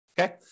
Okay